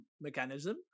mechanism